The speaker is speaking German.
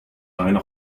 einer